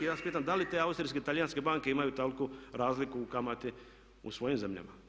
Ja vas pitam da li te austrijske i talijanske banke imaju toliku razliku u kamati u svojim zemljama?